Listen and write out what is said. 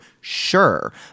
sure